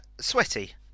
Sweaty